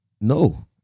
no